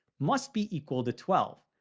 must be equal to twelve.